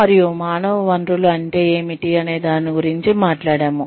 మరియు మానవ వనరులు అంటే ఏమిటి అనే దాని గురించి మాట్లాడాము